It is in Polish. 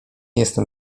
jestem